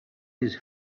his